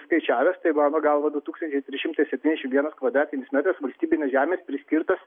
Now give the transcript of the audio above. skaičiavęs tai mano galvadu tūkstančiai trys šimtai septyniasdešimt vienas kvadratinis metras valstybinės žemės priskirtas